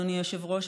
אדוני היושב-ראש,